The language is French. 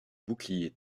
bouclier